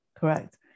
correct